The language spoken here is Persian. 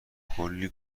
کلی